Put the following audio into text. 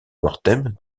mortem